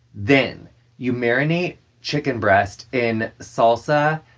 then you marinate chicken breast in salsa,